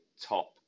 top